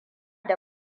da